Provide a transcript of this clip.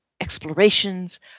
explorations